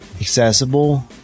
accessible